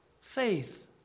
Faith